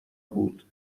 بود